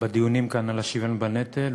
בדיונים כאן על השוויון בנטל,